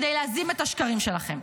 כדי להזים את השקרים שלכם.